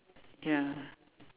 ya